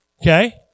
Okay